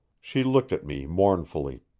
she looked at me mournfully.